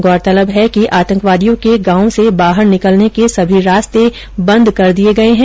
गौरतलब है कि आतंकवादियों के गांव से बाहर निकलने के सभी रास्ते बंद कर दिये हैं